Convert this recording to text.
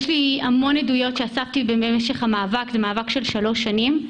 יש לי המון עדויות שאספתי במשך המאבק שנמשך כבר שלוש שנים,